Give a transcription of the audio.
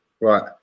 Right